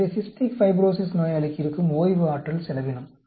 எனவே cystic fibrosis நோயாளிக்கு இருக்கும் ஓய்வு ஆற்றல் செலவினம்